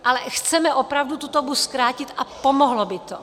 Ale chceme opravdu tu dobu zkrátit a pomohlo by to.